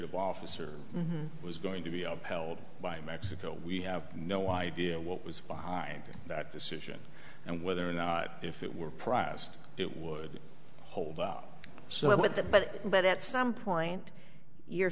of officers was going to be upheld by mexico we have no idea what was behind that decision and whether or not if it were priced it would hold out so well with the but but at some point you're